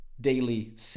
daily